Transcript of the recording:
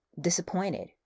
disappointed